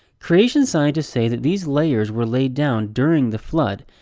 creation scientists say that these layers were laid down during the flood,